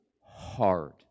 hard